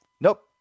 Nope